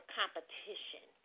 competition